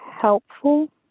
helpful